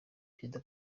perezida